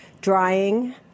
drying